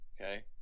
Okay